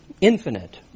infinite